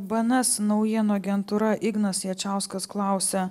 bns naujienų agentūra ignas jačiauskas klausia